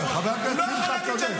חבר הכנסת שמחה צודק.